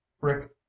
Rick